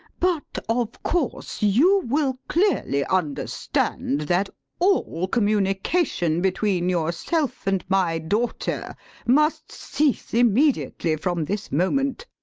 but of course, you will clearly understand that all communication between yourself and my daughter must cease immediately from this moment.